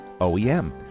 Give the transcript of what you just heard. OEM